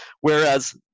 whereas